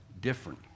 different